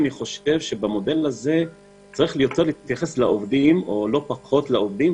אני חושב שבמודל הזה צריך יותר להתייחס לעובדים או לא פחות לעובדים,